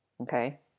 okay